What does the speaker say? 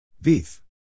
Beef